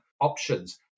options